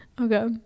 Okay